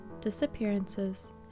Disappearances